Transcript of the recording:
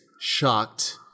shocked